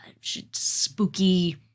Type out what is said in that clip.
spooky